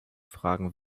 fragen